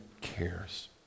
cares